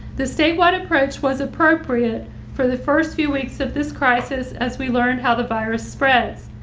the statewide approach was appropriate for the first few weeks of this crisis as we learn how the virus spreads.